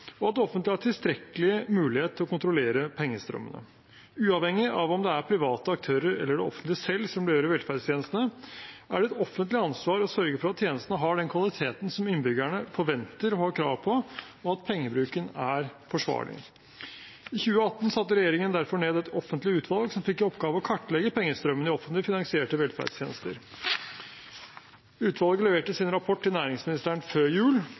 og at det offentlige har tilstrekkelig mulighet til å kontrollere pengestrømmen. Uavhengig av om det er private aktører eller det offentlige selv som leverer velferdstjenestene, er det det offentliges ansvar å sørge for at tjenestene har den kvaliteten som innbyggerne forventer og har krav på, og at pengebruken er forsvarlig. I 2018 satte regjeringen derfor ned et offentlig utvalg som fikk i oppgave å kartlegge pengestrømmen i offentlig finansierte velferdstjenester. Utvalget leverte sin rapport til næringsministeren før jul,